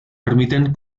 permiten